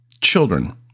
children